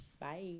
bye